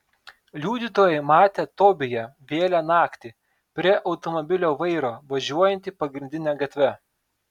liudytojai matę tobiją vėlią naktį prie automobilio vairo važiuojantį pagrindine gatve